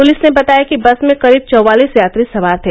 police ने बताया कि बस में करीब चौवालिस यात्री सवार थे